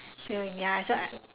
so ya so I